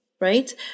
right